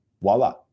voila